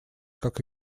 как